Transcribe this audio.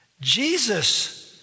Jesus